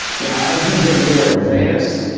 now as you get more advanced,